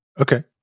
Okay